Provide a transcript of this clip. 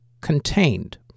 contained